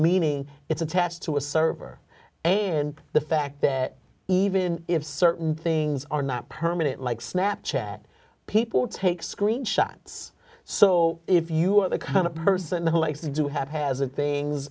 meaning it's attached to a server and the fact that even if certain things are not permanent like snap chat people take screenshots so if you're the kind of person who likes to do haphazard things